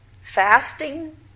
fasting